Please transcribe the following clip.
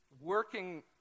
working